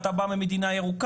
אם אתה בא ממדינה ירוקה,